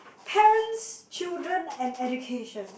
parents children and education